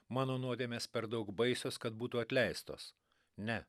mano nuodėmės per daug baisios kad būtų atleistos ne